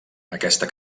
aquesta